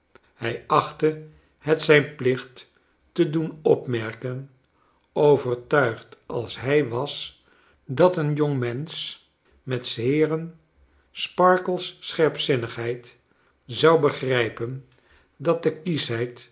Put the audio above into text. hij achtte het zijn plicht te doen opmerken overtuigd als hij was dat een jongmensch met s heeren sparkler's s cherpzinnigheid z ou begrijpen dat de